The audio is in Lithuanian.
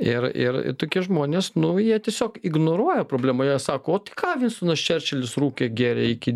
ir ir tokie žmonės nu jie tiesiog ignoruoja problemą jie sako o tai ką vinstonas čerčilis rūkė gėrė iki